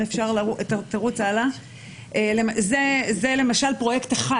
זה למשל פרויקט אחד,